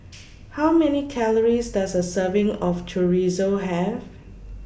How Many Calories Does A Serving of Chorizo Have